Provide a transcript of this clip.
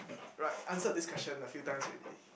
right answered this question a few times already